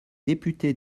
députés